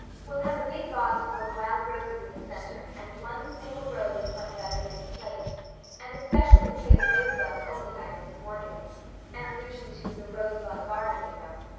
we'll have a big vaseful of wild roses in the center and one single rose in front of everybody's plate and a special bouquet of rosebuds only by mrs. morgan's an allusion to the rosebud garden you know.